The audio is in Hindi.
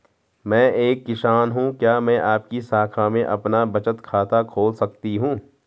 मैं एक किसान हूँ क्या मैं आपकी शाखा में अपना बचत खाता खोल सकती हूँ?